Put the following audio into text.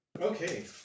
Okay